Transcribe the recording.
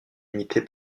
limité